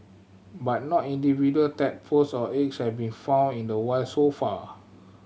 but no individual tadpoles or eggs have been found in the wild so far